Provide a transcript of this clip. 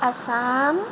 Assam